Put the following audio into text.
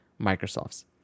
Microsoft's